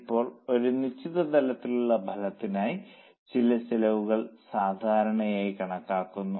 ഇപ്പോൾ ഒരു നിശ്ചിത തലത്തിലുള്ള ഫലത്തിനായി ചില ചെലവുകൾ സാധാരണമായി കണക്കാക്കുന്നു